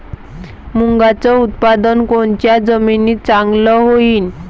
मुंगाचं उत्पादन कोनच्या जमीनीत चांगलं होईन?